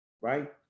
right